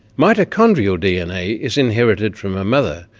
mitochondrial dna is inherited from a mother,